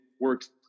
works